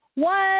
One